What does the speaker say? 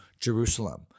Jerusalem